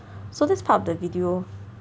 so that's part of the video